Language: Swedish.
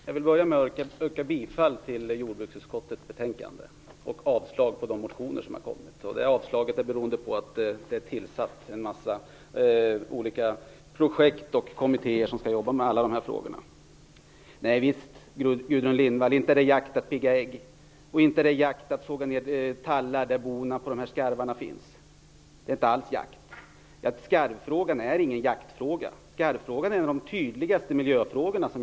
Fru talman! Jag vill börja med att yrka bifall till jordbruksutskottets hemställan och avslag på de motioner som har väckts. Det yrkandet om avslag beror på att det finns en mängd olika projekt och tillsatta kommittér som skall jobba med alla dessa frågor. Visst, Gudrun Lindvall, är det inte jakt att pricka ägg. Det är inte heller jakt att såga ner tallar där skarvarnas bon finns. Det är inte alls jakt. Skarvfrågan är inte en jaktfråga. Skarvfrågan är som jag ser det en av de tydligaste miljöfrågorna.